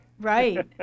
Right